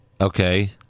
Okay